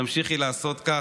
תמשיכי לעשות כך,